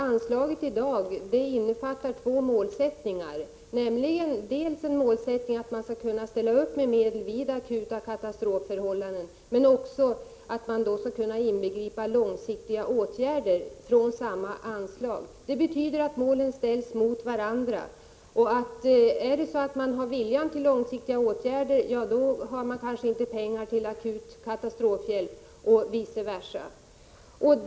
Anslaget innefattar i dag två målsättningar, dels att vi kan ställa upp med medel vid akuta katastrofsituationer, dels att långsiktiga åtgärder kan inbegripas i samma anslag. Det betyder att målen ställs mot varandra. Har man vilja att vidta långsiktiga åtgärder, finns det kanske inte pengar till akut katastrofhjälp och vice versa.